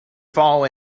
fall